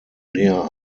näher